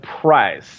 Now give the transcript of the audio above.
Price